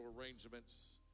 arrangements